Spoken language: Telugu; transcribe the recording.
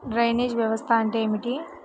డ్రైనేజ్ వ్యవస్థ అంటే ఏమిటి?